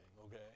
okay